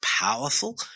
powerful